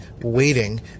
waiting